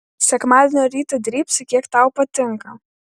sekmadienio rytą drybsai kiek tau patinka